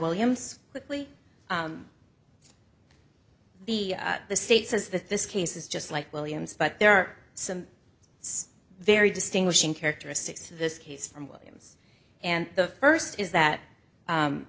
williams quickly the the state says that this case is just like williams but there are some very distinguishing characteristics of this case from williams and the first is that